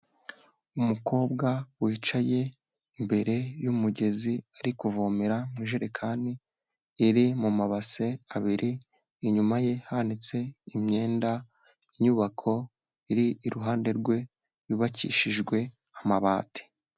Umukobwa wicaye imbere y'umugezi ari kuvomera mu ijerekani iri mu mabase abiri, inyuma ye hanitse imyenda, inyubako iri iruhande rwe yubakishijwe amabati.